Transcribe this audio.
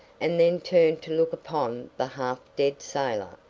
and then turned to look upon the half-dead sailor.